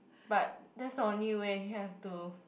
but that's the only way you have to